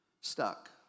stuck